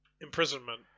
imprisonment